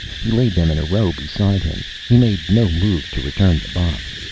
he laid them in a row beside him. he made no move to return the box.